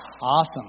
Awesome